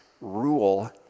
rule